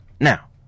Now